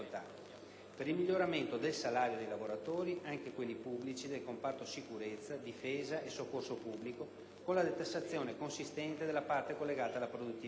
per il miglioramento del salario dei lavoratori (anche quelli pubblici del comparto sicurezza, difesa e soccorso pubblico, con la detassazione consistente della parte collegata alla produttività),